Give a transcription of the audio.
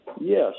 Yes